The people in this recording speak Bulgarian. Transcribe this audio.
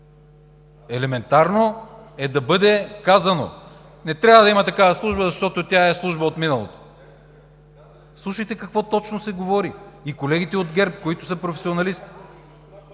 Елементарно е да бъде казано: не трябва да има такава служба, защото тя е служба от миналото. Слушайте какво точно се говори и от колегите от ГЕРБ, които са професионалисти!